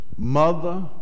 Mother